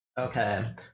Okay